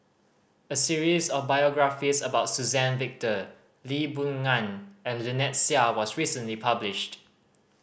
a series of biographies about Suzann Victor Lee Boon Ngan and Lynnette Seah was recently published